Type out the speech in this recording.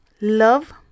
love